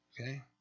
Okay